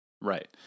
Right